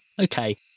Okay